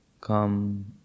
come